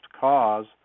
Cause